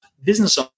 business